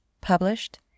Published